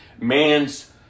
Man's